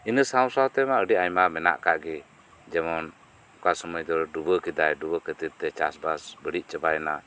ᱤᱱᱟᱹ ᱥᱟᱶ ᱥᱟᱶᱛᱮᱢᱟ ᱟᱹᱰᱤ ᱟᱭᱢᱟ ᱢᱮᱱᱟᱜ ᱟᱠᱟᱫ ᱜᱮ ᱡᱮᱢᱚᱱ ᱚᱠᱟ ᱥᱳᱢᱚᱭ ᱫᱚ ᱰᱩᱵᱟᱹ ᱠᱮᱫᱟ ᱰᱩᱵᱟᱹ ᱠᱷᱟᱹᱛᱤᱨ ᱛᱮ ᱪᱟᱥ ᱵᱟᱥ ᱵᱟᱹᱲᱤᱡ ᱪᱟᱵᱟᱭᱮᱱᱟ